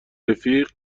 رفیق